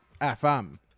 FM